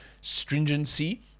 stringency